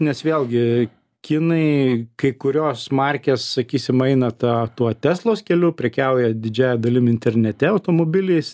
nes vėlgi kinai kai kurios markės sakysim eina ta tuo teslos keliu prekiauja didžiąja dalim internete automobiliais